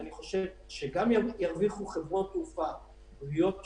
אני חושב שגם ירוויחו חברות תעופה ראויות יותר,